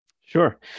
Sure